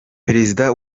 perezida